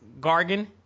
Gargan